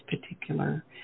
particular